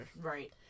Right